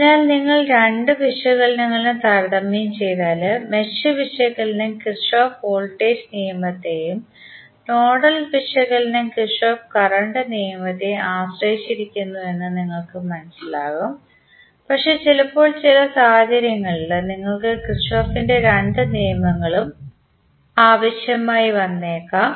അതിനാൽ നിങ്ങൾ രണ്ട് വിശകലനങ്ങളും താരതമ്യം ചെയ്താൽ മെഷ് വിശകലനം കിർചോഫ് വോൾട്ടേജ് നിയമത്തെയും നോഡൽ വിശകലനം കിർചോഫ് കറണ്ട് നിയമത്തെയും ആശ്രയിച്ചിരിക്കുന്നുവെന്ന് നിങ്ങൾക്ക് മനസ്സിലാകും പക്ഷേ ചിലപ്പോൾ ചില സാഹചര്യങ്ങളിൽ നിങ്ങൾക്ക് കിർചോഫിന്റെ രണ്ട് നിയമങ്ങളും ആവശ്യമായി വന്നേക്കാം